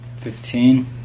Fifteen